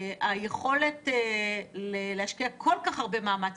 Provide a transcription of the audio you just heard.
היכולת להשקיע כל כך הרבה מאמץ,